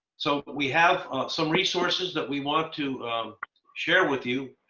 so we have some resources that we want to share with you,